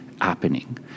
happening